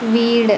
വീട്